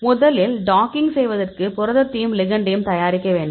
முதலில் டாக்கிங் செய்வதற்கு புரதத்தையும் லிகெண்டையும் தயாரிக்க வேண்டும்